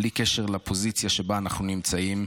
בלי קשר לפוזיציה שבה אנחנו נמצאים,